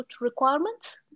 requirements